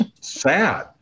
sad